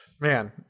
man